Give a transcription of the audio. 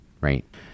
right